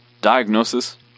diagnosis